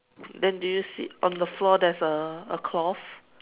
then do you see on the floor there is a cloth